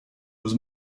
was